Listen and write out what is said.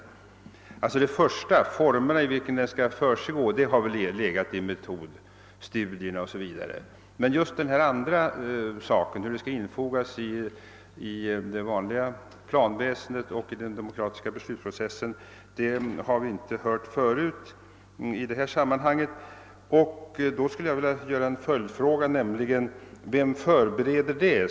De former i vilka en fortlöpande planering bör försiggå har väl avseende på metodstudier osv. som redan redovisats. Men den lagstiftning som eventuellt kan befinnas erforderlig för att säkerställa intentionerna i planeringen och sättet för verksamhetens infogning i den demokratiska beslutsprocessen har vi tidigare inte hört talas om i detta sammanhang. Jag skulle därför vilja rikta en följdfråga: Vem förbereder detta?